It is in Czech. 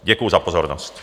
Děkuji za pozornost.